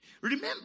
Remember